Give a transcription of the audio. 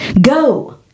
Go